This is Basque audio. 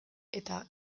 eta